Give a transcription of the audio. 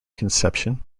conception